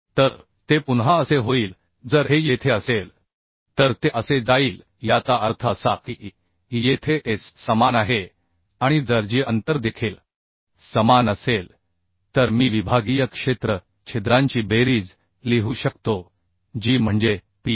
तर ते पुन्हा असे होईल जर हे येथे असेल तर ते असे जाईल याचा अर्थ असा की येथे S समान आहे आणि जर g अंतर देखील समान असेल तर मी विभागीय क्षेत्र छिद्रांची बेरीज लिहू शकतो जी म्हणजे PSI